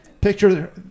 Picture